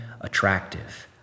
attractive